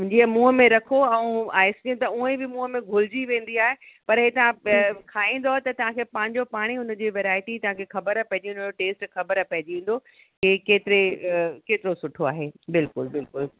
जीअं मुंहुं में रखो ऐं आइसक्रीम त उअं ई बि मुंहुं में घुलिजी वेंदी आहे पर इहे तव्हां खाईंदव त तव्हांखे पंहिंजो पाणेई हुनजी वैरायटी तव्हांखे ख़बर पेईजी वेंदव टेस्ट ख़बर पेईजी वेंदो कि केतिरे केतिरो सुठो आहे बिल्कुलु बिल्कुलु